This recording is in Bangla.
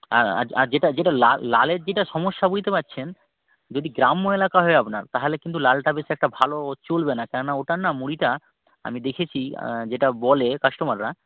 হ্যাঁ আর আর যেটা যেটা লাল লালের যেটা সমস্যা বুঝতে পারছেন যদি গ্রাম্য এলাকা হয় আপনার তাহলে কিন্তু লালটা বেশ একটা ভালো চলবে না কেননা ওটার না মুড়িটা আমি দেখেছি যেটা বলে কাস্টোমাররা